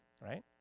right